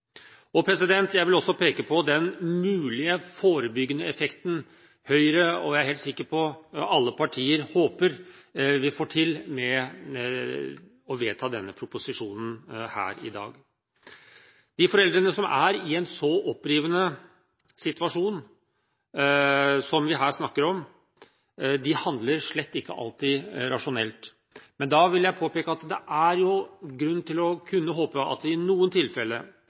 Jeg vil også peke på den mulige forebyggende effekten Høyre – og jeg er helt sikker på alle partier – håper vi får til ved å vedta denne proposisjonen her i dag. De foreldrene som er i en så opprivende situasjon som vi her snakker om, handler slett ikke alltid rasjonelt, men da vil jeg påpeke at det er grunn til å kunne håpe at i noen tilfeller,